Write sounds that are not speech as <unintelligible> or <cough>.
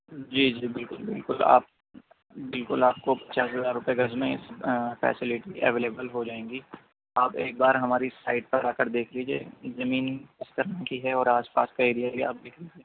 جی جی بالکل بالکل آپ بالکل آپ کو پچاس ہزار روپئے گز میں فیسیلٹی ایویلیبل ہو جائیں گی آپ ایک بار ہماری سائٹ پر آ کر دیکھ لیجیے زمین <unintelligible> مہنگی ہے اور آس پاس کا ایریا بھی آپ دیکھ لیجیے